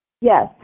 Yes